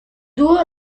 dúo